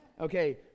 Okay